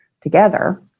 together